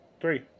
Three